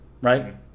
Right